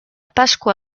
pasqua